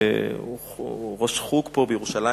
ראש חוג פה בירושלים,